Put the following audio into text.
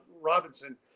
Robinson